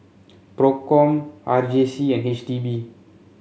Procom R J C and H D B